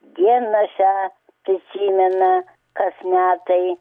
dieną šią prisimena kas metai